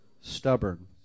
stubborn